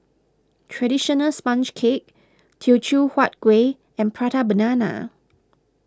Traditional Sponge Cake Teochew Huat Kuih and Prata Banana